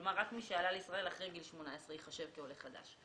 כלומר רק מי שעלה לישראל אחרי גיל 18 ייחשב כעולה חדש.